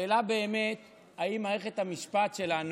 והשאלה באמת היא אם מערכת המשפט שלנו,